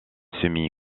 semi